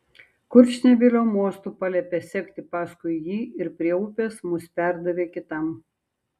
kurčnebylio mostu paliepė sekti paskui jį ir prie upės mus perdavė kitam